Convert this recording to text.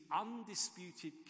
undisputed